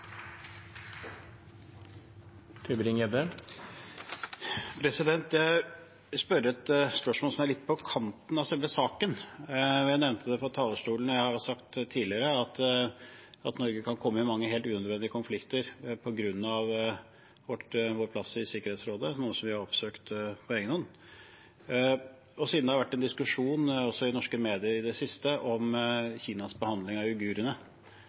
militære operasjoner. Jeg vil stille et spørsmål som er litt på kanten av selve saken. Jeg har nevnt også fra talerstolen tidligere at Norge kan komme i mange helt unødvendige konflikter på grunn av vår plass i Sikkerhetsrådet, noe vi har oppsøkt på egen hånd. I det siste har det vært en diskusjon også i norske medier om Kinas behandling av